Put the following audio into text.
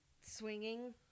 swinging